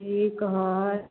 ठीक हए